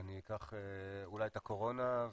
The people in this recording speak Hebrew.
אני אקח אולי את הקורונה.